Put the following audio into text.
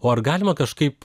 o ar galima kažkaip